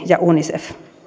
ja unicef